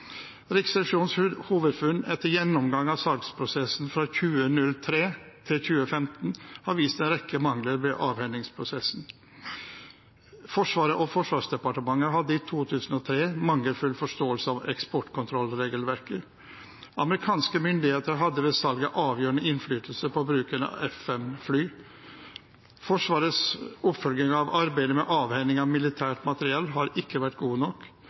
NGL. Riksrevisjonens hovedfunn etter en gjennomgang av salgsprosessene fra 2003 til 2015 har vist en rekke mangler ved avhendingsprosessen: Forsvaret og Forsvarsdepartementet hadde i 2003 mangelfull forståelse av eksportkontrollregelverket. Amerikanske myndigheter hadde ved salget avgjørende innflytelse på bruken av F-5-fly. Forsvarets oppfølging av arbeidet med avhending av militært materiell har ikke vært god nok.